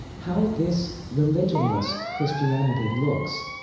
how this religionless christianity looks,